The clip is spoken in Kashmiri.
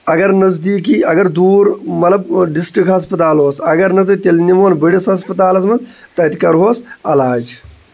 اگر نَزدیٖکی اگر دوٗر مطلب ڈِسٹرٛکٹ ہسپَتال اوس اگر نہٕ تہٕ تیٚلہِ نِمون بٔڈِس ہَسپَتالَس منٛز تَتہِ کَرہوس علاج